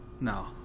No